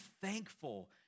thankful